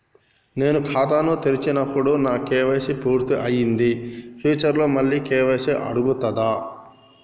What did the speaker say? నేను ఖాతాను తెరిచినప్పుడు నా కే.వై.సీ పూర్తి అయ్యింది ఫ్యూచర్ లో మళ్ళీ కే.వై.సీ అడుగుతదా?